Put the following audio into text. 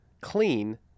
clean